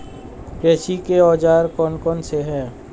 कृषि के औजार कौन कौन से हैं?